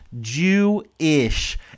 Jew-ish